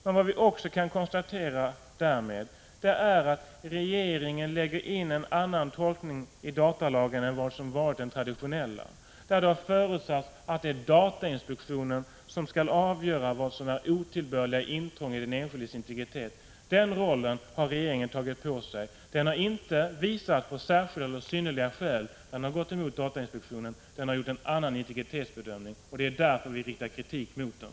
Vad vi därmed också kan konstatera är att regeringid Te är a EA ä - "ör dens tjänsteutövning en lägger in en annan tolkning i datalagen än vad som varit den traditionella m.m. där det har förutsatts att det är datainspektionen som skall avgöra vad som är otillbörliga intrång i den enskildes integritet. Den rollen har regeringen tagit — Regeringens handläggpå sig. Den har inte visat på synnerliga skäl. Den har gått emot datainspektio = ning av datafrågor nen, den har gjort en annan integritetsbedömning, och det är därför vi riktar kritik mot den.